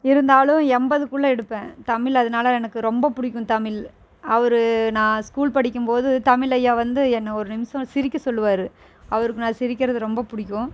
இருந்தாலும் எம்பதுக்குள்ளே எடுப்பேன் தமிழ் அதனால எனக்கு ரொம்ப பிடிக்கும் தமிழ் அவர் நான் ஸ்கூல் படிக்கும் போது தமிழ் ஐயா வந்து என்ன ஒரு நிமிஷம் சிரிக்க சொல்லுவார் அவருக்கு நான் சிரிக்கறது ரொம்ப பிடிக்கும்